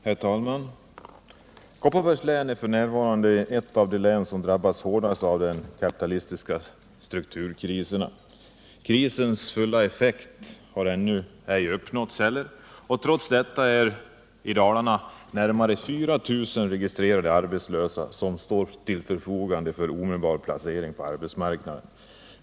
Herr talman! Kopparbergs län är f. n. ett av de län som drabbas hårdast av de kapitalistiska strukturkriserna, vilkas fulla effekt ännu ej har uppnåtts. Trots detta är i Dalarna närmare 4 000 registrerade som arbetslösa och står till förfogande för omedelbar placering på arbetsmarknaden.